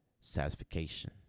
satisfaction